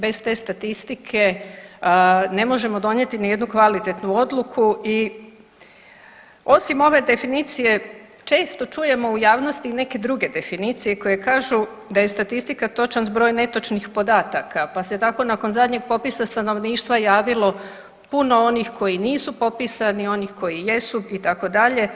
Bez te statistike ne možemo donijeti ni jednu kvalitetnu odluku i osim ove definicije često čujemo u javnosti i neke druge definicije koje kažu da je statistika točan zbroj netočnih podataka, pa se tako nakon zadnjeg popisa stanovništva javilo puno onih koji nisu popisani, onih koji jesu itd.